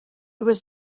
was